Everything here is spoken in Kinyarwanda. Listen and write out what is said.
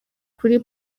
kuri